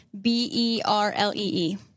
B-E-R-L-E-E